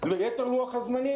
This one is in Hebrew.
נראה את לוח הזמנים,